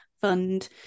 fund